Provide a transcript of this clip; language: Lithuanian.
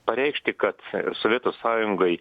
pareikšti kad sovietų sąjungai